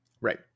Right